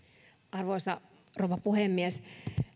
arvoisa rouva puhemies